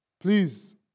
please